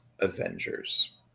Avengers